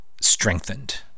strengthened